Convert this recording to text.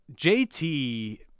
JT